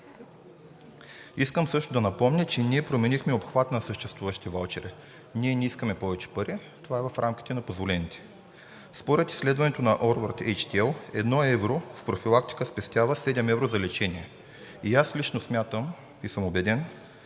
Искам също да напомня, че ние променихме обхвата на съществуващите ваучери. Ние не искаме повече пари, а това е в рамките на позволените. Според изследването на Horwath HTL „едно евро в профилактика спестява 7 евро за лечение. И аз лично смятам и съм убеден,